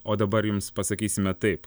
o dabar jums pasakysime taip